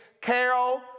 Carol